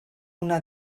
una